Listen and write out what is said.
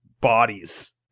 bodies